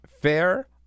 fair